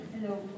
Hello